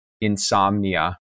insomnia